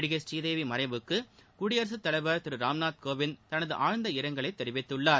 நடிகை பூரீதேவி மறைவுக்கு குடியரசுத் தலைவர் திரு ராம்நாத் கோவிந்த் தனது ஆழ்ந்த இரங்கலைத் தெரிவித்துள்ளார்